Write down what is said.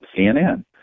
CNN